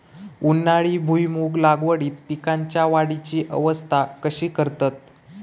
उन्हाळी भुईमूग लागवडीत पीकांच्या वाढीची अवस्था कशी करतत?